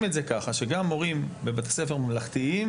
את זה ככה שגם מורים בבתי ספר ממלכתיים,